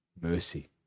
mercy